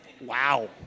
Wow